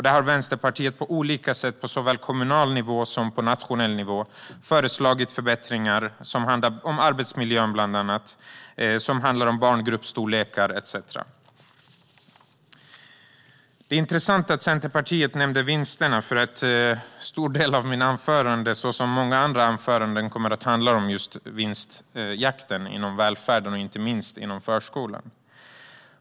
Där har Vänsterpartiet på olika sätt på såväl kommunal som nationell nivå föreslagit förbättringar som handlar om arbetsmiljön, barngruppernas storlek etcetera. Det är intressant att Centerpartiet nämnde vinsterna, för en stor del av mitt anförande - liksom många andra anföranden - kommer att handla om just vinstjakten inom välfärden och inte minst inom förskolan.